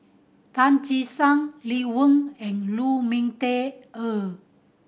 Tan Che Sang Lee Wen and Lu Ming Teh Earl